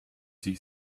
see